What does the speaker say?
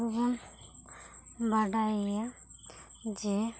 ᱟᱵᱚ ᱵᱚᱱ ᱵᱟᱰᱟᱭ ᱜᱤᱭᱟᱹ ᱡᱮ